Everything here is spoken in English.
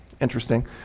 Interesting